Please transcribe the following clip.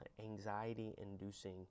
anxiety-inducing